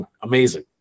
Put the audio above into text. amazing